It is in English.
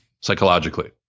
psychologically